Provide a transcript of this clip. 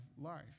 life